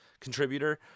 contributor